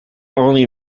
only